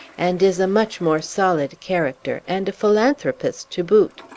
and is a much more solid character, and a philanthropist to boot.